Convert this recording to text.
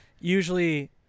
usually